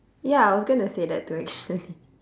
ya I was going to say that too actually